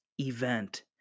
event